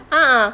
a'ah